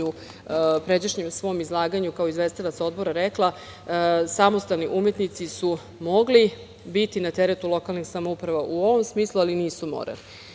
u pređašnjem svom izlaganju kao izvestilac Odbora rekla, samostalni umetnici su mogli biti na teretu lokalnih samouprava u ovom smislu, ali nisu